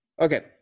Okay